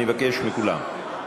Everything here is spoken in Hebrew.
אני מבקש מכולם.